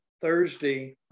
Thursday